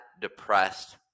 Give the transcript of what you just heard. depressed